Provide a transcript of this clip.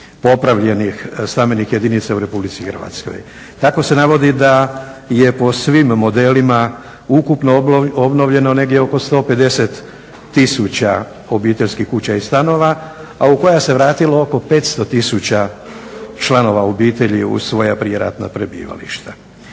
popravljenih stambenih jedinica u RH. Tako se navodi da je po svim modelima ukupno obnovljeno negdje oko 150 tisuća obiteljskih kuća i stanova a u koja se vratilo oko 500 tisuća članova obitelji u svoja prije ratna prebivališta.